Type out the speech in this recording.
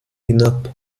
hinab